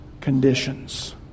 conditions